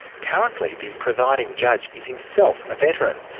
currently, the presiding judge is himself a veteran,